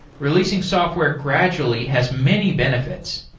releasing software gradually has many benefits.